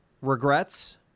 Regrets